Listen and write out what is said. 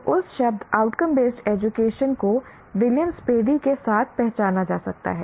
तो उस शब्द आउटकम बेस्ड एजुकेशन को विलियम स्पैडी के साथ पहचाना जा सकता है